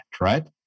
right